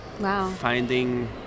finding